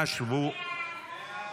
אנא שבו במקומותיכם.